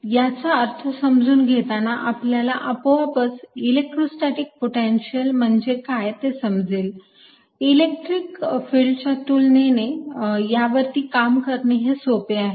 याचा अर्थ समजून घेताना आपल्याला आपोआपच इलेक्ट्रोस्टॅटीक पोटेन्शियल म्हणजे काय ते समजेल इलेक्ट्रिक फिल्डच्या तुलनेने यावरती काम करणे हे सोपे आहे